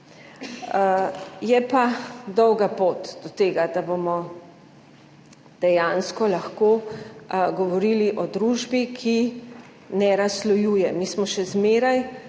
Je pa dolga pot do tega, da bomo dejansko lahko govorili o družbi, ki ne razslojuje. Leta in leta